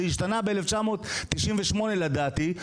זה השתנה ב-1998 לדעתי,